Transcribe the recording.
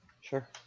Sure